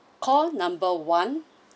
call number one